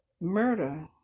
murder